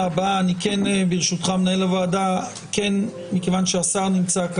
ננעלה בשעה 10:33.